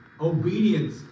Obedience